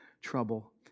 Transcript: trouble